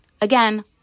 again